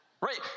Right